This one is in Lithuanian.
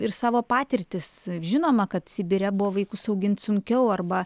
ir savo patirtis žinoma kad sibire buvo vaikus augint sunkiau arba